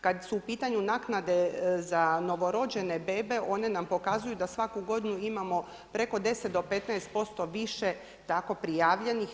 Kada su u pitanju naknade za novorođene bebe one nam pokazuju da svaku godinu imamo preko 10 do 15% više tako prijavljenih.